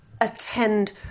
attend